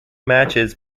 matches